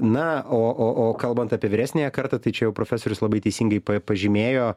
na o o o kalbant apie vyresniąją kartą tai čia jau profesorius labai teisingai pa pažymėjo